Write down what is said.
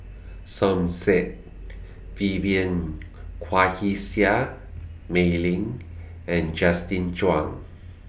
Som Said Vivien Quahe Seah Mei Lin and Justin Zhuang